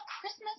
Christmas